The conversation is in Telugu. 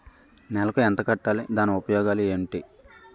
నెలకు ఎంత కట్టాలి? దాని ఉపయోగాలు ఏమిటి?